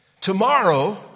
Tomorrow